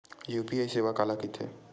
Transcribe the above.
UPI सेवा काला कइथे?